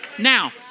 Now